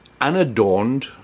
unadorned